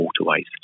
waterways